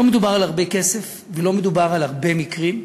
לא מדובר על הרבה כסף ולא מדובר על הרבה מקרים,